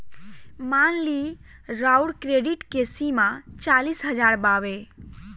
मान ली राउर क्रेडीट के सीमा चालीस हज़ार बावे